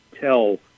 tell